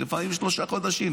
לפעמים שלושה חודשים,